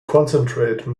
concentrate